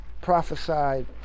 prophesied